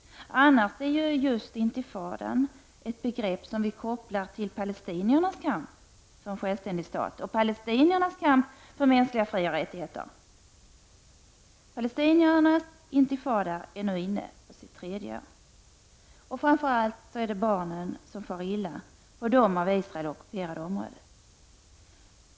Annars är just intifadan ett begrepp som vi kopplar till palestiniernas kamp för en självständig stat och deras kamp för mänskliga frioch rättigheter. Palestiniernas intifada är nu inne på sitt tredje år. Framför allt är det barnen som far illa på det av Israel ockuperade området.